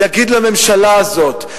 יגיד לממשלה הזאת,